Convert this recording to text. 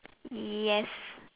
yes